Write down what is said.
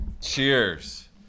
Cheers